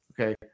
Okay